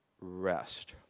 rest